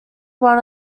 one